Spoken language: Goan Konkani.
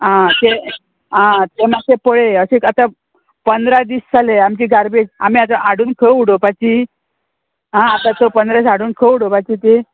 आं ते आं तें मातशें पळय अशें आतां पंदरा दीस जाले आमची गार्बेज आमी आतां हाडून खंय उडोवपाची आं आतां चड पंदरा दीसांची हाडून खंय उडोवपाची ती